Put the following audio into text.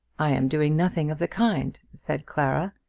i am doing nothing of the kind, said clara.